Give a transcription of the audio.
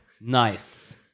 nice